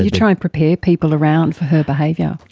try and prepare people around for her behaviour.